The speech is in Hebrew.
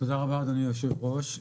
תודה רבה אדוני היושב ראש.